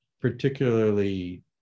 particularly